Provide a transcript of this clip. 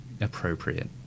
appropriate